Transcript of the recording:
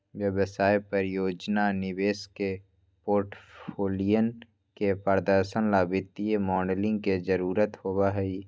व्यवसाय, परियोजना, निवेश के पोर्टफोलियन के प्रदर्शन ला वित्तीय मॉडलिंग के जरुरत होबा हई